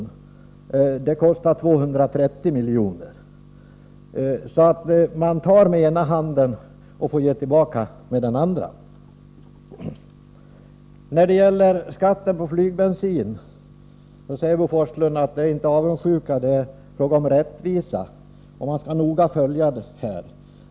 Detta kostar 230 milj.kr., så man tar med den ena handen och får ge tillbaka med den andra. När det gäller skatten på flygbensin säger Bo Forslund att det inte är fråga om avundsjuka utan om rättvisa och att man noga skall följa frågan.